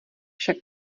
však